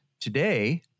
Today